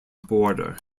border